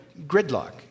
gridlock